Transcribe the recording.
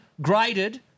graded